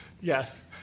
Yes